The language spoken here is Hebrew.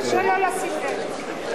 קשה לא לשים לב.